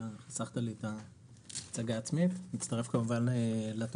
מצטרף לתודות של אורנן, כמובן.